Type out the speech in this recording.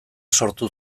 sortu